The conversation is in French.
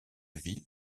ville